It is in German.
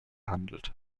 handelt